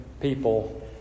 people